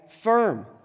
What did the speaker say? firm